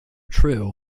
true